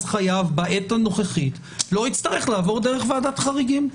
חייו בעת הנוכחית לא יצטרך לעבור דרך ועדת חריגים.